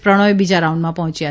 પ્રણોય બીજા રાઉન્ડમાં પહોંચ્યા